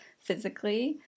physically